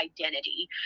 identity